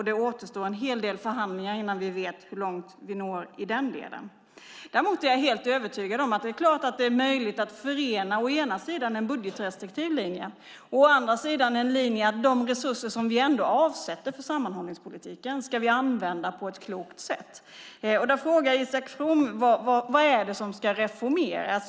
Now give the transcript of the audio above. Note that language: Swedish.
Det återstår en hel del förhandlingar innan vi vet hur långt vi når. Däremot är jag helt övertygad om att det är fullt möjligt att förena en budgetrestriktiv linje och en linje där man använder de resurser man avsätter för sammanhållningspolitiken på ett klokt sätt. Isak From frågade vad som ska reformeras.